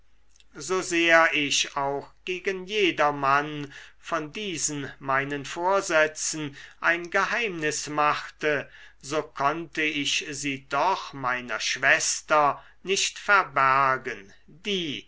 so sehr ich auch gegen jedermann von diesen meinen vorsätzen ein geheimnis machte so konnte ich sie doch meiner schwester nicht verbergen die